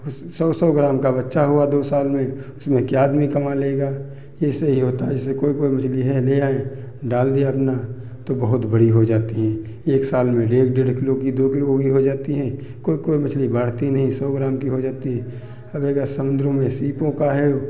उस सौ सौ ग्राम का बच्चा हुआ दो साल में उसमें क्या आदमी कमा लेगा ये ऐसे ही होता है जैसे कोई कोई मछली है ले आएँ डाल दिया अपना तो बहुत बड़ी हो जाती हैं एक साल में एक डेढ़ किलो की दो किलो की हो जाती हैं कोई कोई मछली बढ़ती नहीं सौ ग्राम की हो जाती है अब हैगा समुन्द्रों में सीपों का है ओ